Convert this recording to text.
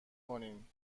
کنین